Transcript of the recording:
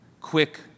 quick